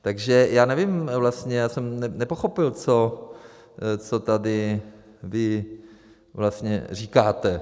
Takže já nevím vlastně, já jsem nepochopil, co tady vlastně říkáte.